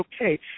okay